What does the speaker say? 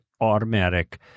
automatic